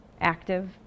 active